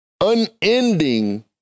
unending